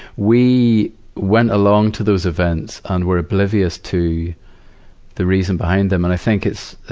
we went along to those events and were oblivious to the reason behind them. and i think it's,